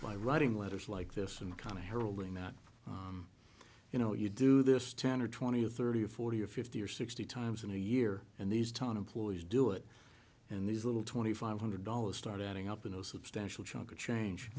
by writing letters like this and kind of heralding not you know you do this ten or twenty or thirty or forty or fifty or sixty times in a year and these town employees do it and these little twenty five hundred dollars start adding up in a substantial chunk of change